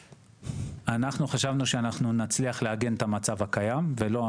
אנחנו חשבנו שאנחנו נצליח לעגן את המצב הקיים ולא,